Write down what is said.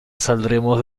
saldremos